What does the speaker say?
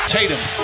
Tatum